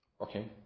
Okay